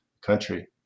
country